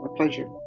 but pleasure.